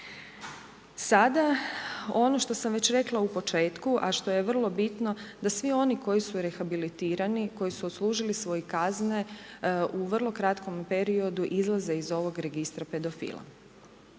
Sada, ono što sam već rekla u početku, a što je vrlo bitno, da svi oni koji su rehabilitirani, koji su odslužili svoje kazne u vrlo kratkom periodu izlaze iz ovog registra pedofila.